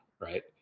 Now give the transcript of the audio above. right